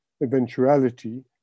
eventuality